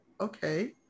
okay